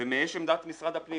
ויש עמדת משרד הפנים